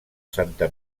santa